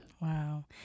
Wow